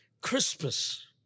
Crispus